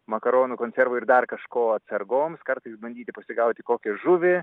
makaronų konservų ir dar kažko atsargoms kartais bandyti pasigauti kokią žuvį